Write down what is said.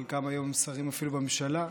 חלקם היום הם אפילו שרים בממשלה,